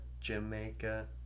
Jamaica